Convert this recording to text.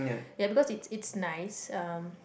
ya because it's it's nice um